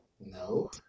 No